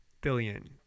billion